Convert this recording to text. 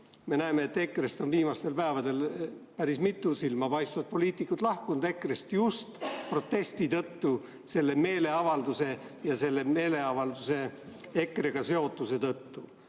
me näeme, et EKRE-st on viimastel päevadel päris mitu silmapaistvat poliitikut lahkunud just protesti tõttu, selle meeleavalduse ja selle meeleavalduse EKRE-ga seotuse tõttu.